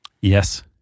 Yes